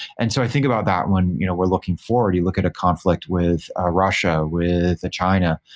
and so i think about that when you know we're looking forward. you look at a conflict with a russia, with a china.